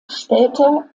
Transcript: später